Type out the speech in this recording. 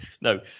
No